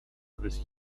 this